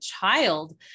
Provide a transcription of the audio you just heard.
child